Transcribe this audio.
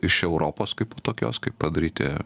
iš europos kaip tokios kaip padaryti